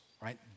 right